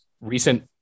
recent